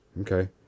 Okay